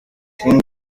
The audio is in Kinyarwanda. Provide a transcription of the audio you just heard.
king